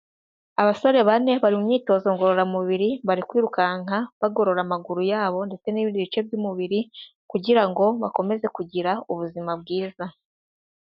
Abasore bane bari mu imyitozo ngororamubiri bari kwirukanka bagorora amaguru yabo ndetse n'ibindi bice by'umubiri, kugira ngo bakomeze kugira ubuzima bwiza.